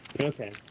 Okay